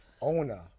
Owner